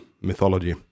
mythology